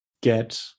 get